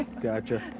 Gotcha